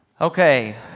Okay